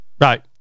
Right